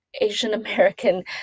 Asian-American